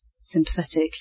sympathetic